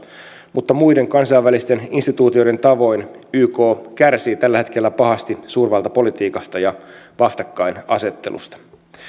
mutta muiden kansainvälisten instituutioiden tavoin yk kärsii tällä hetkellä pahasti suurvaltapolitiikasta ja vastakkainasettelusta